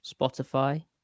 Spotify